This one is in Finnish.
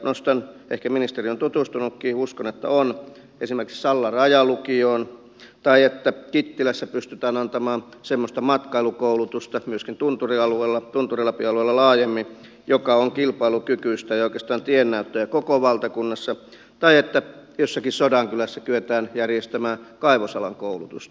nostan ehkä ministeri on tutustunutkin ja uskon että on esimerkiksi sallan rajalukion tai sen että kittilässä pystytään antamaan semmoista matkailukoulutusta myöskin tunturialueella tunturi lapin alueella laajemmin joka on kilpailukykyistä ja oikeastaan tiennäyttäjä koko valtakunnassa tai sen että jossakin sodankylässä kyetään järjestämään kaivosalan koulutusta